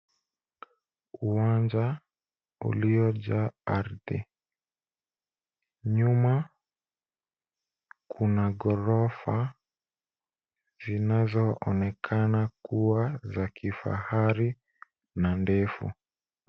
Uwanja uliojaa ardhi. Nyuma kuna ghorofa zinazoonekana kuwa za kifahari na ndefu.